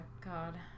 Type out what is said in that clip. God